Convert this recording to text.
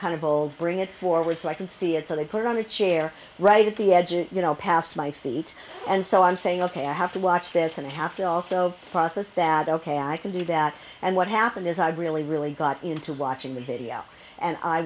kind of old bring it forward so i can see it so they put it on the chair right at the edge you know past my feet and so i'm saying ok i have to watch this and i have to also process that ok i can do that and what happened is i really really got into watching the video and i